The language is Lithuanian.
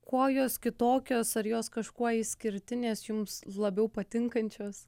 kuo jos kitokios ar jos kažkuo išskirtinės jums labiau patinkančios